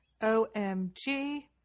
OMG